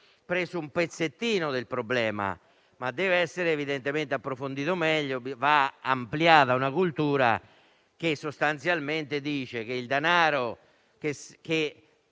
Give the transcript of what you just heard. trattato un pezzettino del problema, ma deve essere evidentemente approfondito meglio; va ampliata una cultura che sostanzialmente dice che il denaro che